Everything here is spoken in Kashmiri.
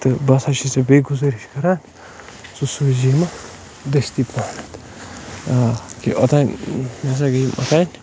تہٕ بہٕ ہَسا چھُس ژےٚ بیٚیہِ گُزٲرِش کَران ژٕ سوٗزِ یِمہٕ دٔستی پَہمَتھ آ کہِ اوٚتام مےٚ ہَسا گٔے یِم اوٚتام